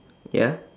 ya